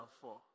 four